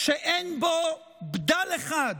שאין בו בדל אחד